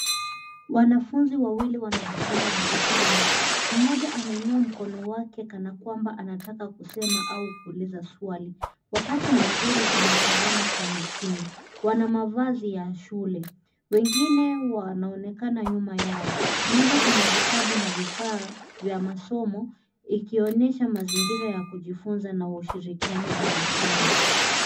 Wanafunzi wawili wanajifunza darasani. Mmoja anainua mkono wake kana kwamba anataka kusema au kuuliza swali wakati mwingine anatazama kwa makini. Wana mavazi ya shule wengine wanaonekana nyuma yao. Meza ina vitabu na vifaa vya masomo ikionyesha mazingira ya kujifunza na ushirikiano darasani.